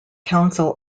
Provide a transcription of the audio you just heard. council